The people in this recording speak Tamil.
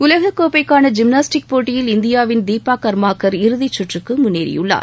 உலகக்கோப்பைக்கான ஜிம்னாஸ்டிக் போட்டியில் இந்தியாவின் தீபா கர்மாகர் இறுதிச்சுற்றுக்கு முன்னேறியுள்ளார்